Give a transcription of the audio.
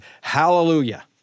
Hallelujah